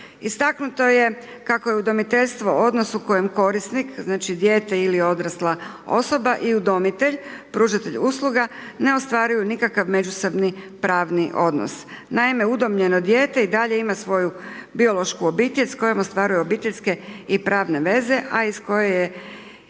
Istaknuto je kako je udomiteljstvo u odnosu kojem korisnik, znači dijete ili odrasla osoba i udomitelj, pružatelj usluga ne ostvaruju nikakav međusobni pravni odnos. Naime, udomljeno dijete i dalje imaju svoju biološku obitelj s kojom ostvaruje obiteljske i pravne veze a iz koje je